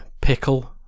Pickle